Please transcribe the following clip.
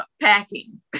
Packing